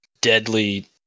deadly